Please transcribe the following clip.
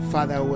Father